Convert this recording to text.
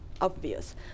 obvious